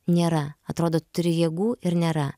nėra atrodo turi jėgų ir nėra